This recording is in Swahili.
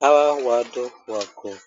Hawa watu wako